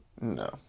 No